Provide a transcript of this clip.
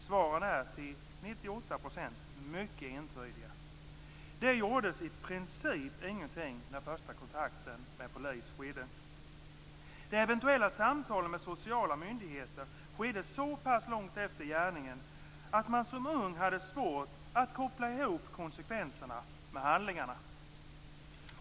Svaren är till 98 % mycket entydiga: Det gjordes i princip ingenting när första kontakten med polis skedde. Eventuella samtal med sociala myndigheter skedde så pass lång tid efter gärningen att man som ung hade svårt att koppla ihop konsekvenserna med handlingarna.